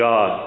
God